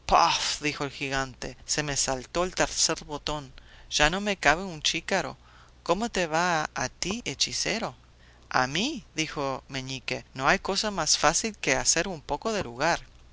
dijo el gigante se me saltó el tercer botón ya no me cabe un chícharo cómo te va a ti hechicero a mí dijo meñique no hay cosa más fácil que hacer un poco de lugar